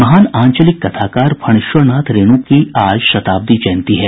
महान आंचलिक कथाकार फणीश्वरनाथ रेणु की आज शताब्दी जयंती है